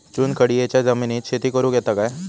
चुनखडीयेच्या जमिनीत शेती करुक येता काय?